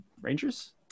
Rangers